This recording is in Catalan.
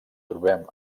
trobem